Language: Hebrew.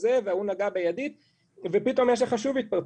ההוא נגע בידית ופתאום יש שוב התפרצות.